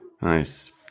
Nice